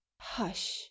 hush